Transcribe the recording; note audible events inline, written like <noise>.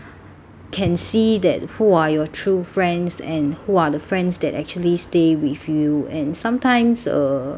can see that who are your true friends and who are the friends that actually stay with you and sometimes uh <noise>